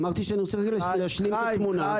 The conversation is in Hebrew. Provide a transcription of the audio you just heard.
אמרתי שאני רוצה להשלים את התמונה,